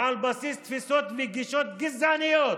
ועל בסיס תפיסות וגישות גזעניות,